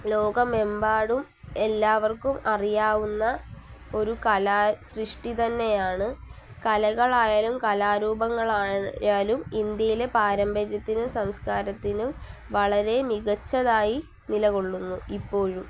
ലോകമെമ്പാടും എല്ലാവർക്കും അറിയാവുന്ന ഒരു കലാസൃഷ്ടി തന്നെയാണ് കലകളായാലും കലാരൂപങ്ങളായാലും ഇന്ത്യയിലെ പാരമ്പര്യത്തിനും സംസ്കാരത്തിനും വളരെ മികച്ചതായി നിലകൊള്ളുന്നു ഇപ്പോഴും